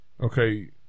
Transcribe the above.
Okay